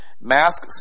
Mask